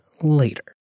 later